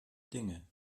dinge